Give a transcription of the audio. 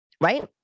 right